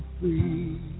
free